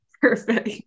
Perfect